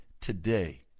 today